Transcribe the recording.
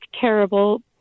terrible